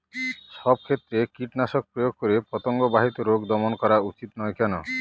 সব ক্ষেত্রে কীটনাশক প্রয়োগ করে পতঙ্গ বাহিত রোগ দমন করা উচিৎ নয় কেন?